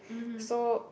so